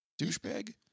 Douchebag